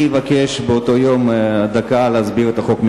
אני אבקש באותו יום במשך דקה להסביר את החוק מחדש,